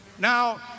Now